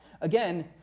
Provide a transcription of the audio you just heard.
Again